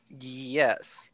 Yes